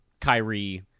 Kyrie